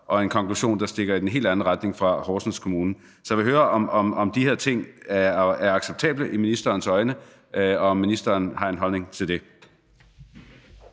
og en konklusion, der stikker i en helt anden retning i forhold til Horsens Kommune. Så jeg vil høre, om de her ting er acceptable i ministerens øjne, og om ministeren har en holdning til det.